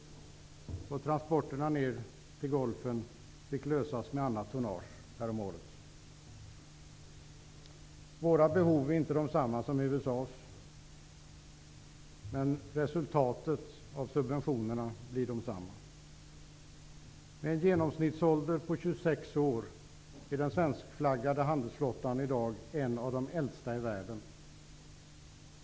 Transporterna ner till Gulfen fick lösas med annat tonnage häromåret. Våra behov i Sverige är inte desamma som behoven i USA, men resultatet av subventionerna blir detsamma. Med en genomsnittsålder på 26 år är den svenskflaggade handelsflottan i dag en av de äldsta i världen.